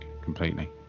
completely